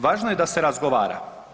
Važno je da se razgovara.